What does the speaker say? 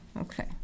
okay